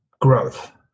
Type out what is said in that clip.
growth